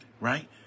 right